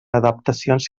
adaptacions